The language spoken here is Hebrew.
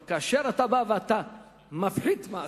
אך כשאתה מפחית מס